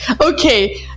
Okay